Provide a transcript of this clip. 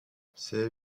c’est